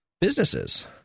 businesses